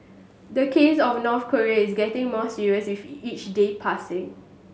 the case of North Korea is getting more serious with each day passing